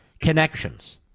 connections